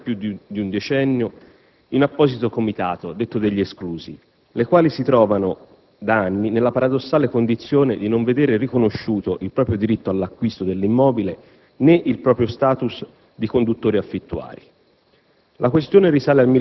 costituitesi ormai da più di un decennio in apposito comitato, detto degli esclusi, le quali si trovano da anni nella paradossale condizione di non vedere riconosciuto il proprio diritto all'acquisto dell'immobile, né il proprio *status* di conduttori affìttuari.